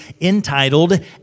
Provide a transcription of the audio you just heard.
entitled